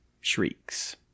shrieks